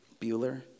Bueller